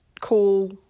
cool